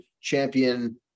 champion